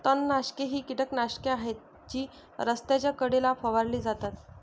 तणनाशके ही कीटकनाशके आहेत जी रस्त्याच्या कडेला फवारली जातात